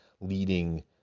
leading